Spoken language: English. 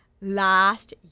last